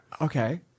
Okay